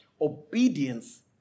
Obedience